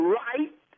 right